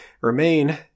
remain